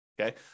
okay